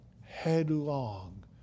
headlong